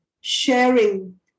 sharing